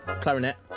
Clarinet